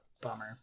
Bummer